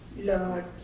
Lord